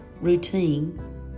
routine